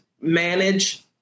manage